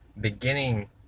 beginning